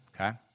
Okay